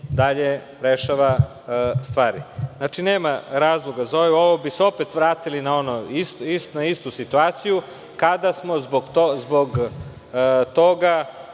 dalje rešava stvari. Nema razloga za ovo. Ovim bi se opet vratili na istu situaciju kada smo zbog toga